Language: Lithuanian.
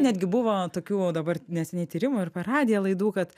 netgi buvo tokių dabar neseniai tyrimų ir per radiją laidų kad